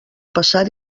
passar